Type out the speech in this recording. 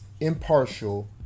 impartial